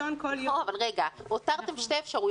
יכול להיות שאפרת תוכל